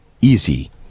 easy